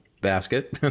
basket